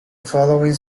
following